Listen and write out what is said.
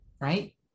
right